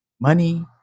money